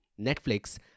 Netflix